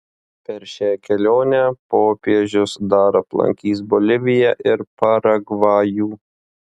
per šią kelionę popiežius dar aplankys boliviją ir paragvajų